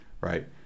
Right